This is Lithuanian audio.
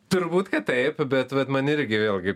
turbūt kad taip bet vat man irgi vėlgi